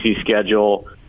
schedule